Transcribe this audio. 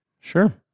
Sure